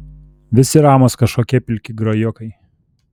visi ramūs kažkokie pilki grajokai